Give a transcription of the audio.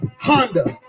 Honda